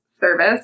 service